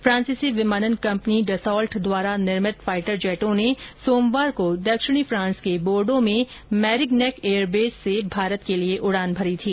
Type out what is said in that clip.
फांसीसी विमानन कंपनी डसॉल्ट द्वारा निर्मित फाइटर जेटों ने सोमवार को दक्षिणी फांस के बोर्डो में मेरिग्नैक एयरबेस से भारत के लिए उड़ान भरी थी